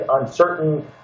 uncertain